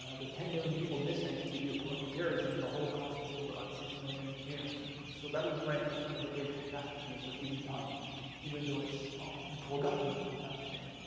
ten million people missing. to give you a point of comparison the holocaust killed about six million jews so that would rank as one of the great catastrophes of human time even though it's often forgotten today.